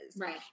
Right